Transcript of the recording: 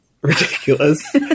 ridiculous